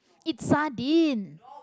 it's sardine